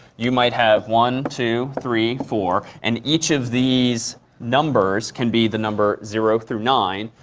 you might have one, two, three, four. and each of these numbers can be the number zero through nine.